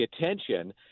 attention